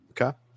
Okay